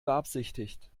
beabsichtigt